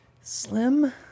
Slim